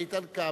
איתן כבל.